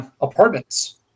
apartments